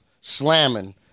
slamming